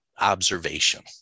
observation